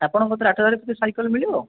ଆପଣଙ୍କ କତିରେ ଆଠହଜାର କିଛି ସାଇକେଲ ମିଳିବ